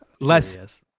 less